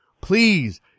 please